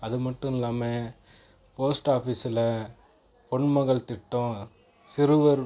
அது மட்டும் இல்லாமல் போஸ்ட் ஆஃபீஸில் பொன் மகள் திட்டம் சிறுவர்